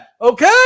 okay